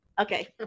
Okay